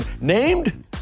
named